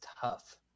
tough